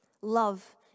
Love